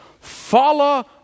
Follow